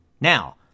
Now